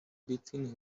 between